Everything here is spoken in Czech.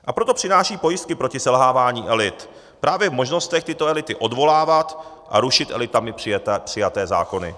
A proto přináším pojistky proti selhávání elit právě v možnostech tyto elity odvolávat a rušit elitami přijaté zákony.